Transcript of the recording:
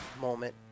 moment